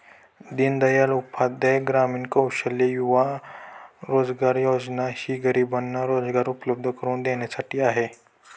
दीनदयाल उपाध्याय ग्रामीण कौशल्य युवा रोजगार योजना ही गरिबांना रोजगार उपलब्ध करून देण्यासाठी आहे